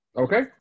Okay